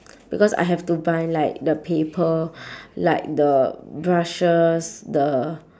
because I have to buy like the paper like the brushes the